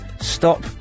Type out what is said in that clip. Stop